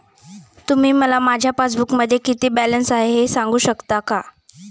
तुम्ही मला माझ्या पासबूकमध्ये किती बॅलन्स आहे हे सांगू शकता का?